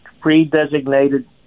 pre-designated